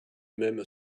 même